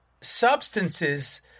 substances